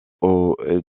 aux